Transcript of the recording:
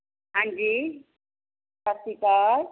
ਹਾਂਜੀ ਸਤਿ ਸ਼੍ਰੀ ਅਕਾਲ